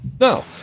No